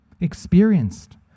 experienced